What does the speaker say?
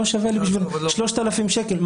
לא שווה לי בשביל 3,000 שקל.